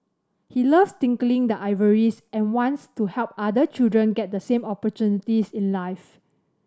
he loves tinkling the ivories and wants to help other children get the same opportunities in life